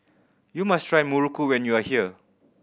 you must try muruku when you are here